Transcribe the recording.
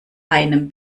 einem